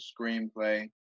Screenplay